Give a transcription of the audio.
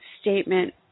statement